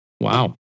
Wow